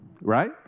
Right